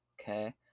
Okay